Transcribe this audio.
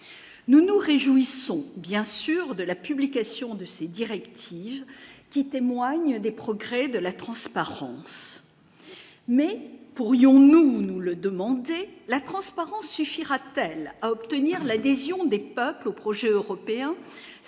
nous nous réjouissons bien sûr de la publication de ces directives, qui témoigne des progrès de la transparence mais pourrions-nous nous le demander la transparence suffira-t-elle à obtenir l'adhésion des peuples au projet européen,